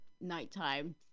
nighttime